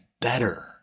better